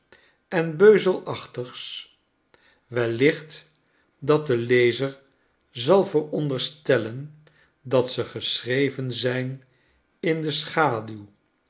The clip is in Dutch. en beuzelachtigs wellicht dat de lezer zal veronderstellen dat ze geschreven zijn in de schaduw